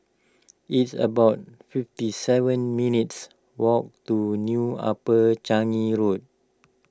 it's about fifty seven minutes' walk to New Upper Changi Road